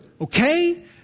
okay